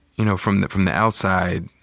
you know, from the from the outside,